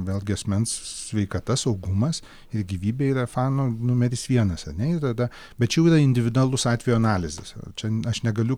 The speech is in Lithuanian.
vėlgi asmens sveikata saugumas ir gyvybė yra fanum numeris vienas ar ne ir tada bet čia jau yra individualus atvejo analizis čia aš negaliu